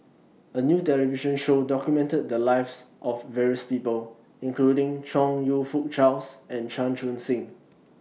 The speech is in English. A New television Show documented The Lives of various People including Chong YOU Fook Charles and Chan Chun Sing